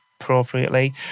appropriately